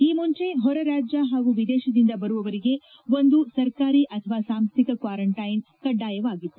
ಈ ಮುಂಚೆ ಹೊರ ರಾಜ್ಯ ಹಾಗೂ ವಿದೇಶದಿಂದ ಬರುವವರಿಗೆ ಒಂದು ಸರ್ಕಾರಿ ಅಥವಾ ಸಾಂಸ್ಥಿಕ ಕ್ಸಾರಂಟ್ಟೆನ್ ಕಡ್ಡಾಯವಾಗಿತ್ತು